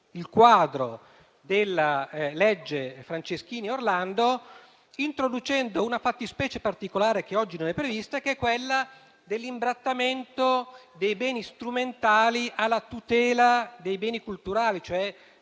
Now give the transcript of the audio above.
il quadro della legge Franceschini-Orlando, introducendo una fattispecie particolare - che oggi non è prevista - che è quella dell'imbrattamento dei beni strumentali alla tutela dei beni culturali, cioè